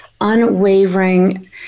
unwavering